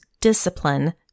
discipline